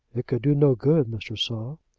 it could do no good, mr. saul.